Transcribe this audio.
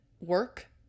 work